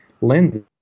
lenses